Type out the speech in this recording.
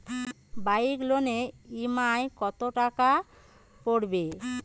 Bike লোনের EMI কত টাকা পড়বে?